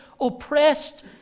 oppressed